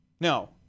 No